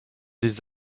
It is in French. des